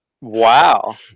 Wow